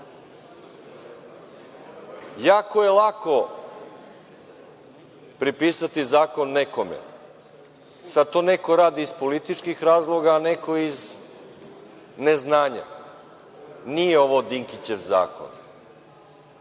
je lako pripisati zakone nekome. Sada to neko radi iz političkih razloga, a neko iz neznanja. Nije ovo Dinkićev zakon,